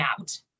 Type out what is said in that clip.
out